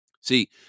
See